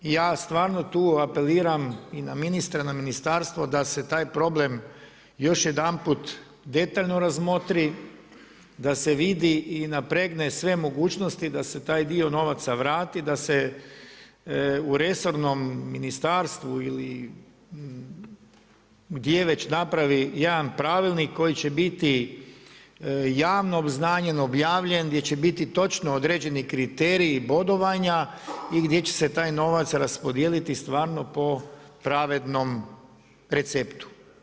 I ja stvarno tu apeliram i na ministra i na ministarstvo da se taj problem još jedanput detaljno razmotri, da se vidi i napregne sve mogućnosti da se taj dio novaca vrati, da se u resornom ministarstvu ili gdje već napravi jedan pravilnik koji će biti javno obznanjen, objavljen, gdje će biti točno određeni kriteriji bodovanja i gdje će se taj novac raspodijeliti stvarno po pravednom receptu.